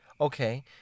okay